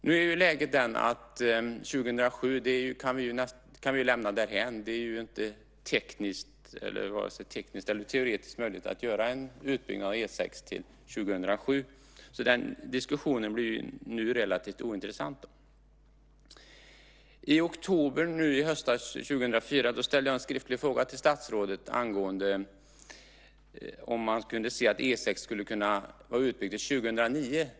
Nu är läget det att vi kan lämna 2007 därhän. Det är inte vare sig tekniskt eller teoretiskt möjligt att göra en utbyggnad av E 6 till 2007. Så den diskussion blir ju nu relativt ointressant. I oktober i höstas 2004 ställde jag en skriftlig fråga till statsrådet angående om man kunde se att E 6 skulle kunna vara utbyggd till 2009.